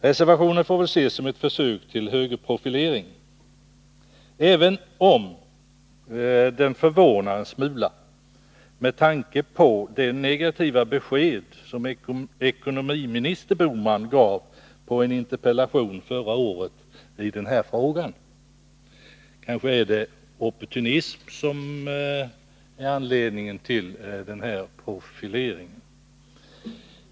Reservationen får ses som ett försök till högerprofilering, även om den förvånar en smula med tanke på det negativa besked ekonomiminister Bohman gav med anledning av en interpellation förra året i denna fråga. Kanske är det opportunism som är anledning till den här profileringen.